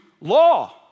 law